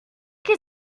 qui